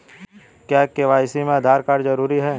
क्या के.वाई.सी में आधार कार्ड जरूरी है?